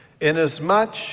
Inasmuch